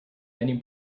many